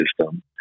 system